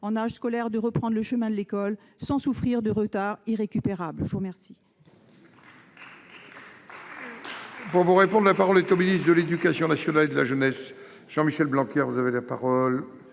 en âge scolaire de reprendre le chemin de l'école sans souffrir de retards irrécupérables ? La parole